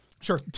Sure